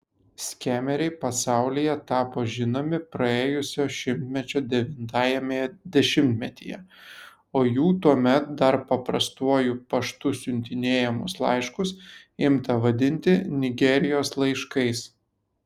skemeriai pasaulyje tapo žinomi praėjusio šimtmečio devintajame dešimtmetyje o jų tuomet dar paprastuoju paštu siuntinėjamus laiškus imta vadinti nigerijos laiškais